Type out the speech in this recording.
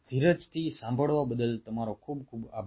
ધીરજથી સાંભળવા બદલ તમારો ખૂબ ખૂબ આભાર